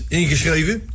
ingeschreven